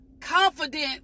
confident